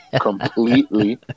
completely